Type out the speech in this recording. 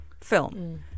film